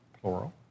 plural